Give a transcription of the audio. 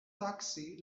taksi